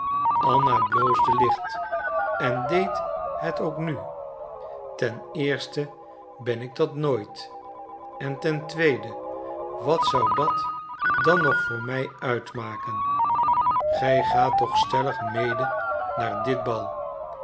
anna bloosde licht en deed het ook nu ten eerste ben ik dat nooit en ten tweede wat zou dat dan nog voor mij uitmaken gij gaat toch stellig mede naar dit bal